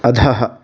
अधः